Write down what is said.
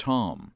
Tom